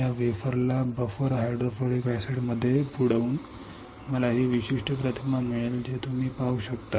या वेफरला buffer hydrofluoric एसिडमध्ये बुडवून मला ही विशिष्ट प्रतिमा मिळेल जे तुम्ही पाहू शकता